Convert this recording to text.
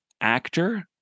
actor